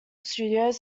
studios